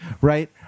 right